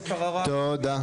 תודה.